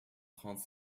trente